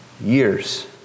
years